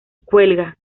cuelga